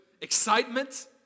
excitement